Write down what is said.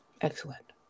Excellent